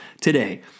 today